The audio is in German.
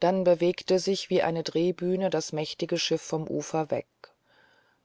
dann bewegte sich wie eine drehbühne das mächtige schiff vom ufer weg